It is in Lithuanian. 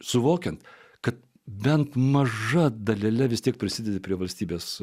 suvokiant kad bent maža dalele vis tiek prisidedi prie valstybės